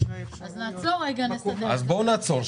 14% על יתרת המחיר המקורי ההיסטורי,